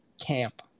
camp